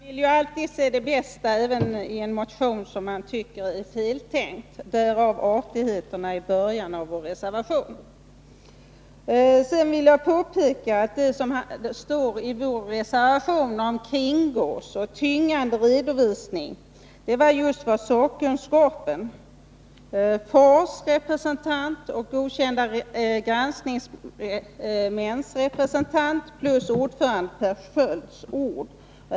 Herr talman! Man vill ju alltid se det bästa även i en motion som man tycker är fel tänkt. Därav artigheten i början av vår reservation. Sedan vill jag påpeka att det som står i reservationen om ”kringgås” och ”tynga redovisningen” just var vad sakkunskapen framhöll. Det var FAR:s representant och godkända granskningsmäns representants plus ordföranden Per Skölds ord.